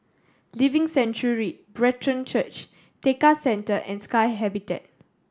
Living Sanctuary Brethren Church Tekka Centre and Sky Habitat